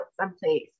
someplace